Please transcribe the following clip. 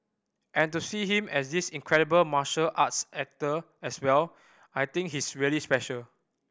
and to see him as this incredible martial arts actor as well I think he's really special